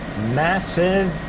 Massive